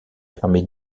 permet